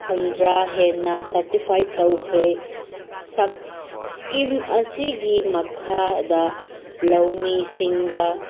ꯍꯨꯝꯐꯨꯇꯔꯥ ꯍꯦꯟꯅ ꯁꯔꯇꯤꯐꯥꯏꯠ ꯇꯧꯈ꯭ꯔꯦ ꯁ꯭ꯀꯤꯝ ꯑꯁꯤꯒꯤ ꯃꯈꯥꯗ ꯂꯧꯃꯤꯁꯤꯡꯗ